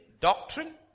doctrine